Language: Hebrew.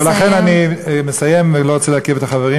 ולכן אני מסיים ולא רוצה לעכב את החברים,